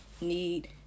need